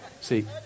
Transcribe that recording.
See